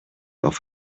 off